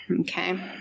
okay